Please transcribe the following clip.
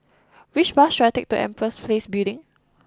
which bus should I take to Empress Place Building